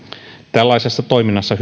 tällaisessa toiminnassa